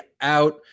out